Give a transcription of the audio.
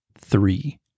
three